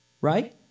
right